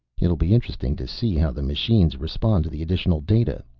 it'll be interesting to see how the machines respond to the additional data,